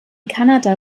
kanada